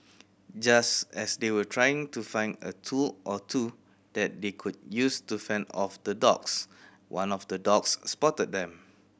just as they were trying to find a tool or two that they could use to fend off the dogs one of the dogs spotted them